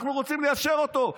אנחנו רוצים ליישר אותו.